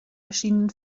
erschienenen